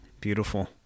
Beautiful